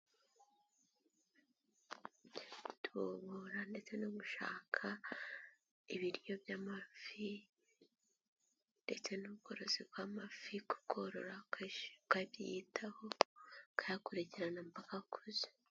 Kutubura ndetse no gushaka ibiryo by'amafi ndetse n'ubworozi bw'amafi ku korora ukabyitaho, ukayakurikirana mpaka akuze.